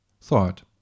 thought